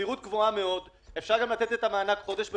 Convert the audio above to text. בסבירות גבוהה מאוד אפשר לתת את המענק גם חודש בחודשו.